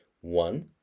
one